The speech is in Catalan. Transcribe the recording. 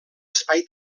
espai